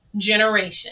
generation